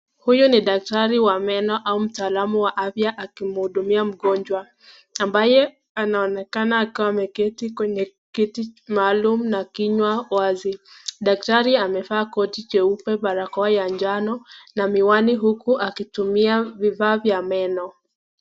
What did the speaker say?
Huyu ni daktari wa meno au mtaalamu wa afya akimhudumia mgonjwa ambaye anaonekana akiwa ameketi kwenye kiti maalum na kinywa wazi. Daktari amevaa koti cheupe, barakoa ya njano na miwani huku akitumia vifaa vya meno.